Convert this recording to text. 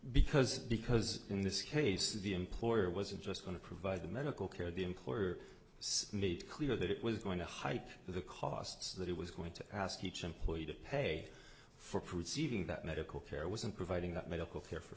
because because in this case the employer wasn't just going to provide the medical care the employer made clear that it was going to hype the costs that it was going to ask each employee to pay for perceiving that medical care wasn't providing that medical care for